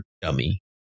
dummy